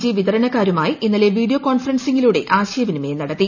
G വിതരണക്കാരുമായി ഇന്നലെ video കോൺഫറൻസിങ്ങിലൂടെ ആശയവിനിമയം നടത്തി